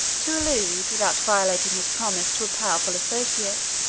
to elude without violating his promise to a powerful associate,